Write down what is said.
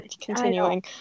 continuing